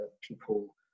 people